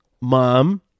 mom